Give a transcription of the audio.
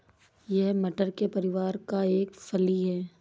यह मटर के परिवार का एक फली है